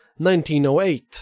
1908